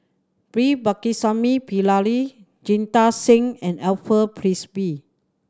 V Pakirisamy Pillai Jita Singh and Alfred Frisby